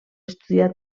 estudià